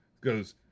goes